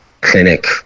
clinic